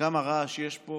כמה רעש יש פה